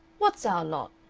what's our lot?